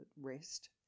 rest